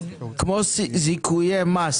כמו זיכויי מס